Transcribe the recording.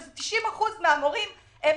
כש-90% מהם נשים,